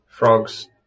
frogs